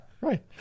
right